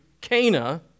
Cana